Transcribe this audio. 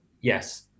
yes